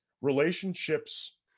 relationships